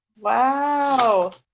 Wow